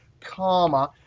comma,